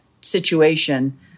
situation